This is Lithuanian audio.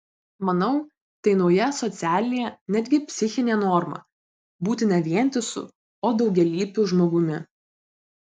manau tai nauja socialinė netgi psichinė norma būti ne vientisu o daugialypiu žmogumi